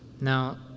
Now